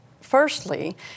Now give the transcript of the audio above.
firstly